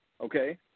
okay